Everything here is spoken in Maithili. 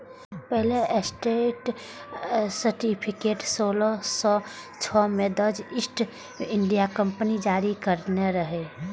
पहिल स्टॉक सर्टिफिकेट सोलह सय छह मे डच ईस्ट इंडिया कंपनी जारी करने रहै